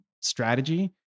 strategy